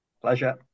Pleasure